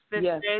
yes